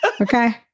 Okay